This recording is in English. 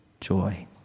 joy